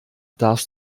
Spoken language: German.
darfst